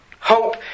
Hope